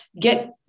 get